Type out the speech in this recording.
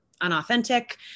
unauthentic